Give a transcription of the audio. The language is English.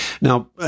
Now